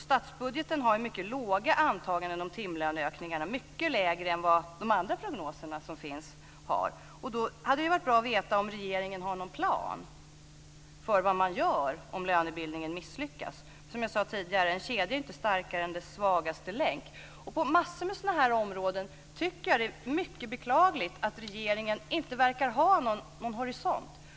Statsbudgeten har mycket låga antaganden om timlöneökningarna, mycket lägre än i de andra prognoser som finns. Då hade det varit bra att veta om regeringen har någon plan för vad man gör om lönebildningen misslyckas. Som jag sade tidigare är en kedja inte starkare än sin svagaste länk. På massor med sådana här områden tycker jag att det är mycket beklagligt att regeringen inte verkar ha någon horisont.